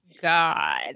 God